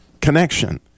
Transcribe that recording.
connection